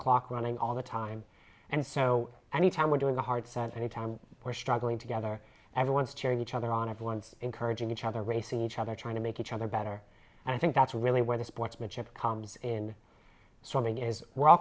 clock running all the time and so any time we're doing the hard set any time we're struggling together everyone's cheering each other on everyone encouraging each other racing each other trying to make each other better and i think that's really where the sportsmanship comes in something is we're all